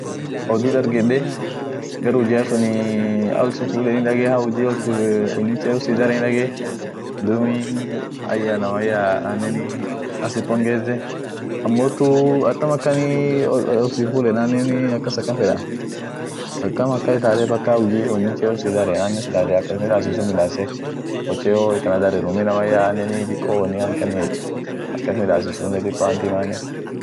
Hegmafikonii ada ishian ada gudio ada birii kabd amo ishineni won ishian uspain kasa dufte dumi dinini Catholic dumi amine dumi sheria dinia ta jiirtu useman asanta yedeni dum siku inama duet jiraa dum amine our lady of gadullupe jiraa dum sagale ishin nyatinen sagale birii nyaatie sagale ishian taa takosi, buritosi, turtila, tamalesi, echilada, sagale sun nyaatie sagale ishianen dum amine mambo warianen lila faan jirti